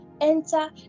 enter